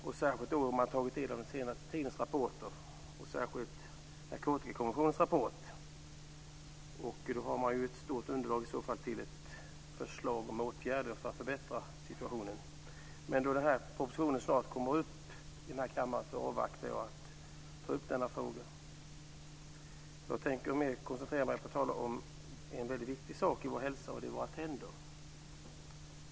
Det inser man om man tar del av den senaste tidens rapporter, och särskilt Narkotikakommissionens rapport. Där finns ett stort underlag för förslag till åtgärder för att förbättra situationen. Men eftersom propositionen snart tas upp i kammaren avvaktar jag med att ta upp denna fråga. Jag tänker koncentrera mig på att tala om något som är väldigt viktigt för vår hälsa, och det är våra tänder.